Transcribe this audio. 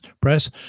press